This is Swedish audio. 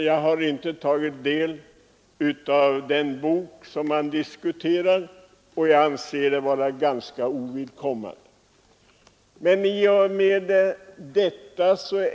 Jag har inte tagit del av den bok som diskuteras, och jag anser den vara ganska ovidkommande.